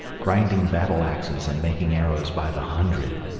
grinding battle-axes and making arrows by the hundred.